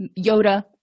yoda